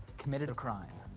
committed a crime.